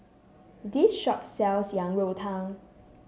this shop sells Yang Rou Tang